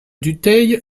dutheil